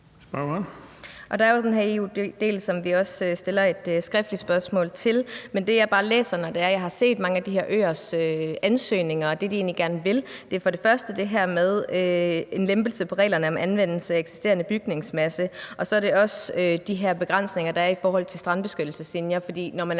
Der er jo den her EU-del, som vi også stiller et skriftligt spørgsmål til. Men det, jeg bare kan læse, når jeg ser mange af de her øers ansøgninger, er, at det, de egentlig gerne vil have, er en lempelse af reglerne om eksisterende bygningsmasse, og så er der også de her begrænsninger, der er i forhold til strandbeskyttelseslinjen. For når man